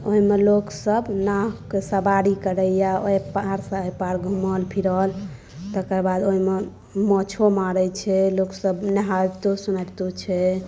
ओहिमे लोकसब नावके सवारी करैया ओह पारसँ एहि पार घुमल फिरल तकर बाद ओहिमे माछो मारै छै लोकसब नहाइतो सोनाइतो छै